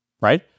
right